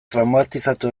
traumatizatu